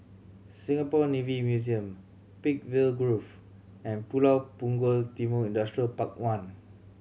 Singapore Navy Museum Peakville Grove and Pulau Punggol Timor Industrial Park One